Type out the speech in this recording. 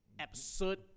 absurd